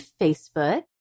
Facebook